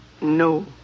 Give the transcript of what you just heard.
No